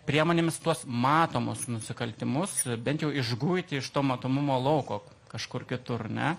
priemonėmis tuos matomus nusikaltimus bent jau išguiti iš to matomumo lauko kažkur kitur ne